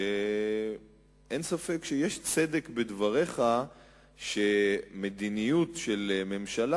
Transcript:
שאין ספק שיש צדק בדבריך שמדיניות של ממשלה